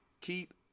Keep